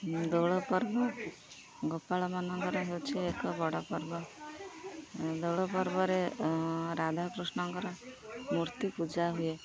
ଦୋଳପର୍ବ ଗୋପାଳ ମାନଙ୍କର ହେଉଛି ଏକ ବଡ଼ ପର୍ବ ଦୋଳପର୍ବରେ ରାଧାକୃଷ୍ଣଙ୍କର ମୂର୍ତ୍ତି ପୂଜା ହୁଏ